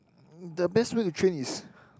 the best way to train is